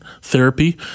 therapy